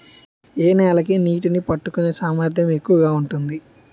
ఏ నేల కి నీటినీ పట్టుకునే సామర్థ్యం ఎక్కువ ఉంటుంది?